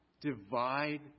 divide